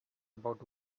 about